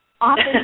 often